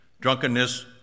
drunkenness